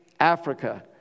Africa